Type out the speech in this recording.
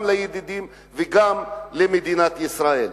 גם לידידים וגם למדינת ישראל.